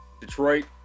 Detroit